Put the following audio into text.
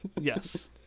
yes